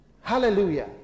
Hallelujah